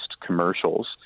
commercials